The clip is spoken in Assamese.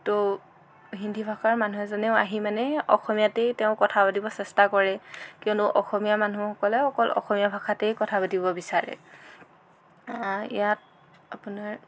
তো হিন্দী ভাষাৰ মানুহ এজনেও আহি মানে অসমীয়াতেই তেওঁ কথা পাতিব চেষ্টা কৰে কিয়নো অসমীয়া মানুহসকলে অকল অসমীয়াতেই কথা পাতিব বিচাৰে ইয়াত আপোনাৰ